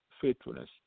faithfulness